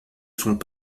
sont